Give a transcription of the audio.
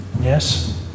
Yes